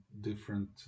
different